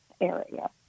area